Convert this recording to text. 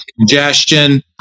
congestion